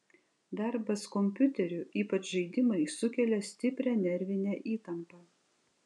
darbas kompiuteriu ypač žaidimai sukelia stiprią nervinę įtampą